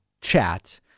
chat